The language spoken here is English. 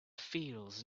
feels